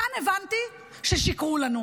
כאן הבנתי ששיקרו לנו.